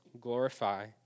glorify